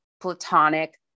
platonic